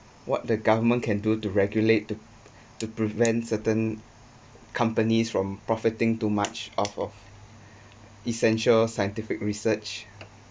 what the government can do to regulate to to prevent certain companies from profiting too much of of essential scientific research